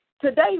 Today